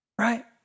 right